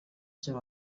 icyo